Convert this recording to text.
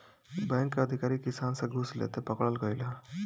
bank के अधिकारी किसान से घूस लेते पकड़ल गइल ह